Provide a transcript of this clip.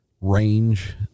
range